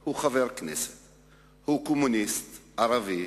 הוא חבר הכנסת/ הוא קומוניסט ערבי,